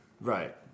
Right